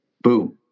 boom